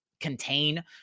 contain